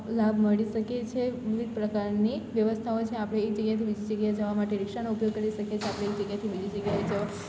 લાભ મળી શકે છે વિવિધ પ્રકારની વ્યવસ્થાઓ છે આપણે એક જગ્યાએથી બીજી જગ્યાએ જવા માટે રિક્ષાનો ઉપયોગ કરી શકીએ છીએ આપણે એક જગ્યાએ બીજી જગ્યા જવા